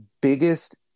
biggest